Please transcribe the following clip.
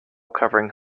covering